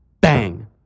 bang